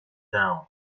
down